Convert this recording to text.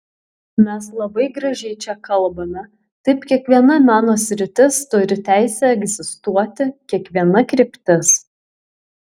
mes labai gražiai čia kalbame taip kiekviena meno sritis turi teisę egzistuoti kiekviena kryptis